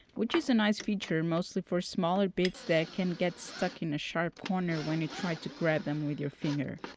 which is a nice feature mostly for smaller bits that can get stuck in a sharp corner when you try to grab them with your finger.